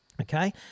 okay